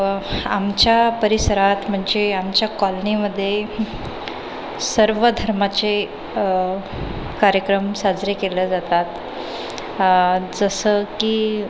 आमच्या परिसरात म्हणजे आमच्या कॉलनीमध्ये सर्व धर्माचे कार्यक्रम साजरे केल्या जातात जसं की